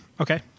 Okay